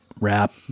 rap